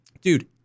Dude